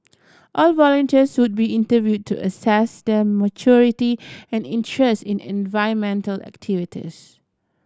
all volunteers would be interview to assess their maturity and interest in environmental activities